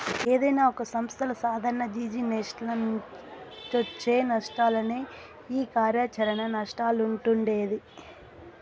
ఏదైనా ఒక సంస్థల సాదారణ జిజినెస్ల నుంచొచ్చే నష్టాలనే ఈ కార్యాచరణ నష్టాలంటుండె